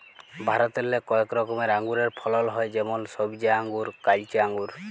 ভারতেল্লে কয়েক রকমের আঙুরের ফলল হ্যয় যেমল সইবজা আঙ্গুর, কাইলচা আঙ্গুর